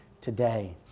today